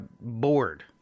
bored